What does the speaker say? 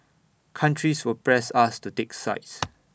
countries will press us to take sides